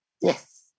yes